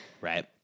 Right